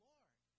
Lord